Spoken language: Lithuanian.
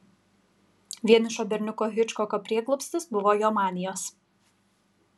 vienišo berniuko hičkoko prieglobstis buvo jo manijos